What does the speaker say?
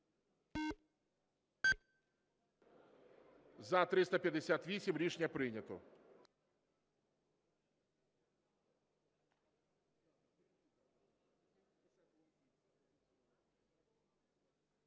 За-358 Рішення прийнято.